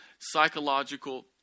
psychological